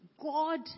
God